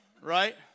Right